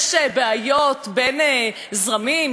יש בעיות בין זרמים?